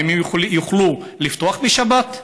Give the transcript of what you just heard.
האם הם יוכלו לפתוח בשבת?